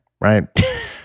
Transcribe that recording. right